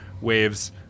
Waves